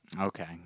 Okay